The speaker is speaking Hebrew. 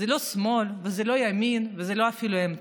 זה לא שמאל וזה לא ימין, וזה לא אפילו אמצע,